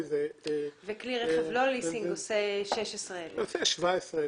כלי רכב לא ליסינג עושה 16,000 קילומטרים בשנה.